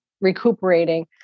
recuperating